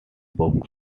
books